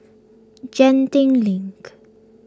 Genting Link